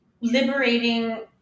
liberating